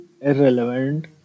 irrelevant